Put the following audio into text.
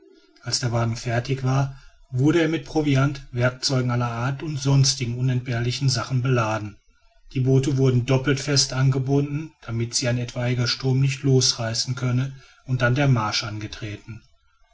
als der wagen fertig war wurde er mit proviant werkzeugen aller art und sonstigen unentbehrlichen sachen beladen die boote wurden doppelt fest angebunden damit sie ein etwaiger sturm nicht losreißen könne und dann der marsch angetreten